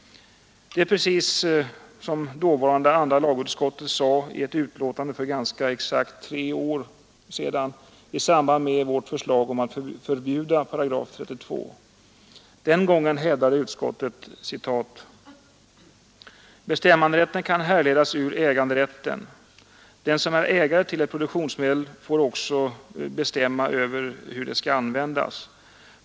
Det är precis som dåvarande andra lagutskottet påpekade i en redogörelse för §32 för exakt tre år sedan i samband med vårt förslag om att förbjuda § 32: ”Bestämmanderätten kan härledas ur äganderätten. Den som är ägare till ett produktionsmedel får också bestämma över hur det skall användas.